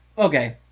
Okay